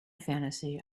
fantasy